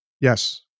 Yes